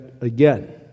again